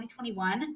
2021